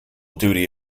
duty